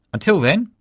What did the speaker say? until then,